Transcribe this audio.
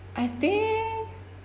I think